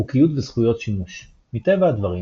חוקיות וזכויות שימוש מטבע הדברים,